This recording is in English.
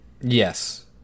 Yes